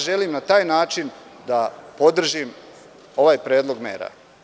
Želim na taj način da podržim ovaj predlog mera.